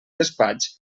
despatx